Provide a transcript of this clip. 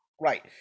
Right